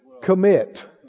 Commit